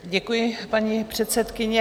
Děkuji, paní předsedkyně.